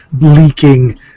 leaking